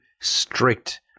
strict